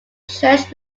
church